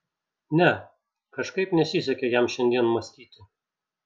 ne kažkaip nesisekė jam šiandien mąstyti